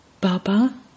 Baba